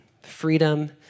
freedom